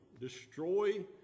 destroy